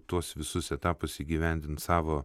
tuos visus etapus įgyvendint savo